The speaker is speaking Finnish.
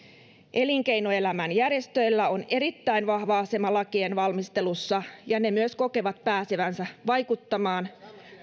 elinkeinoelämän järjestöillä on erittäin vahva asema lakien valmistelussa ja ne myös kokevat pääsevänsä vaikuttamaan